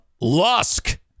Lusk